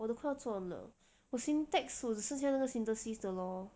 我的快要做完了我 syntax 我只剩下那个 synthesis 的 lor